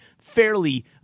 fairly